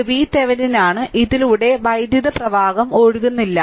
ഇത് VThevenin ആണ് ഇതിലൂടെ വൈദ്യുതപ്രവാഹം ഒഴുകുന്നില്ല